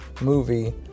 movie